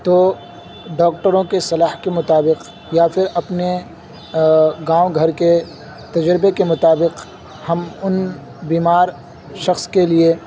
تو ڈاکٹروں کے صلاح کے مطابق یا پھر اپنے گاؤں گھر کے تجربے کے مطابق ہم ان بیمار شخص کے لیے